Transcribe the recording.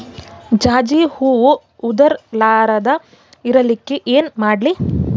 ಜಾಜಿ ಹೂವ ಉದರ್ ಲಾರದ ಇರಲಿಕ್ಕಿ ಏನ ಮಾಡ್ಲಿ?